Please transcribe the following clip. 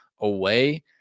away